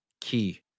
key